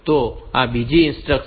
તો આ બીજી ઇન્સ્ટ્રક્શન છે